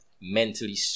mentally